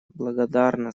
благодарна